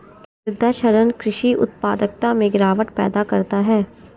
मृदा क्षरण कृषि उत्पादकता में गिरावट पैदा करता है